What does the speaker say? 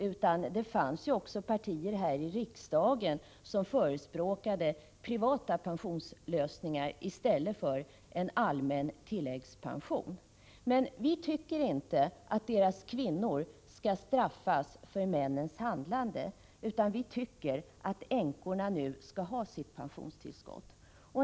Och det fanns också partier här i riksdagen som förespråkade privata pensioner i stället för en allmän tilläggspension. Vi tycker inte att dessa kvinnor skall straffas för sina mäns handlande, utan vi anser att änkorna nu skall ha sitt pensionstillskott.